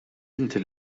inti